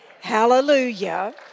Hallelujah